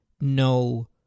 no